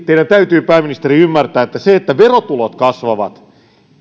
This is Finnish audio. teidän täytyy pääministeri ymmärtää että se että verotulot kasvavat